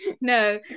no